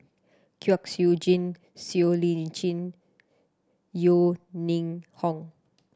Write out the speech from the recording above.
Kwek Siew Jin Siow Lee Chin Yeo Ning Hong